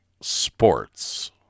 sports